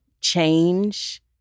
change